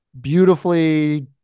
beautifully